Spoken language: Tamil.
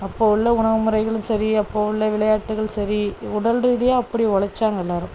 அப்போ உள்ள உணவு முறைகளும் சரி அப்போ உள்ள விளையாட்டுகள் சரி உடல் ரீதியாக அப்படி உலச்சாங்க எல்லாரும்